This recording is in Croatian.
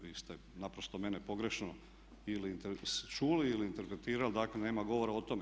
Vi ste naprosto mene pogrešno ili čuli ili interpretirali, dakle nema govora o tome.